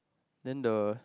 then the